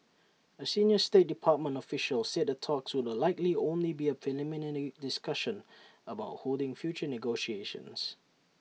A senior state department official said the talks would likely only be A preliminary discussion about holding future negotiations